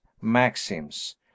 Maxims